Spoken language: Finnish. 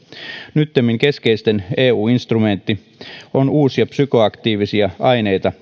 nyttemmin keskeisin eu instrumentti on uusia psykoaktiivisia aineita